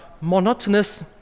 monotonous